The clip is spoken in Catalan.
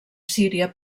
síria